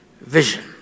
vision